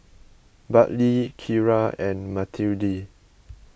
Bartley Kira and Matilde